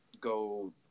go